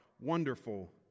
wonderful